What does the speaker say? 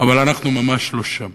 אבל אנחנו ממש לא שם.